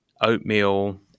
oatmeal